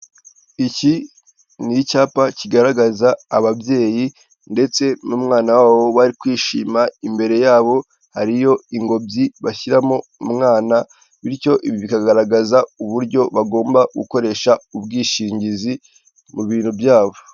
Iki ni icyapa kigaragaza ababyeyi ndetse n'umwana wabo bari kwishima, imbere yabo hariyo ingobyi bashyiramo umwana bityo bikagaragaza uburyo bagomba gukoresha ubwishingizi mu biro byabo.